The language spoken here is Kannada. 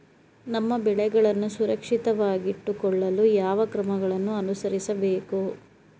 ನಮ್ಮ ಬೆಳೆಗಳನ್ನು ಸುರಕ್ಷಿತವಾಗಿಟ್ಟು ಕೊಳ್ಳಲು ಯಾವ ಕ್ರಮಗಳನ್ನು ಅನುಸರಿಸಬೇಕು?